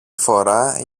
φορά